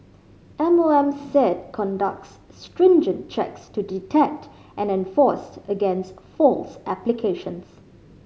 M O M said conducts stringent checks to detect and enforce against false applications